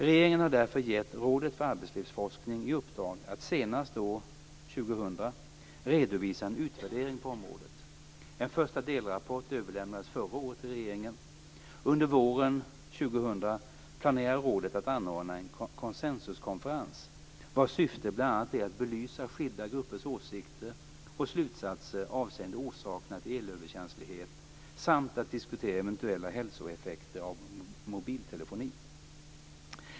Regeringen har därför gett Rådet för arbetslivsforskning i uppdrag att senast år 2000 redovisa en utvärdering på området. En första delrapport överlämnades förra året till regeringen. Under våren 2000 planerar rådet att anordna en konsensuskonferens, vars syfte bl.a. är att belysa skilda gruppers åsikter och slutsatser avseende orsakerna till elöverkänslighet samt att diskutera eventuella hälsoeffekter av mobiltelefoni.